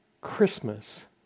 Christmas